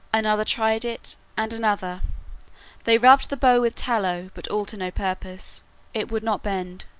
another tried it and another they rubbed the bow with tallow, but all to no purpose it would not bend.